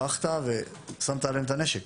דרכת ושמת עליהם את הנשק.